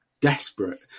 desperate